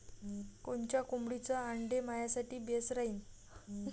कोनच्या कोंबडीचं आंडे मायासाठी बेस राहीन?